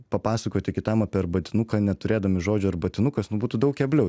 papasakoti kitam apie arbatinuką neturėdami žodžio arbatinukas nu būtų daug kebliau